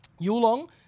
Yulong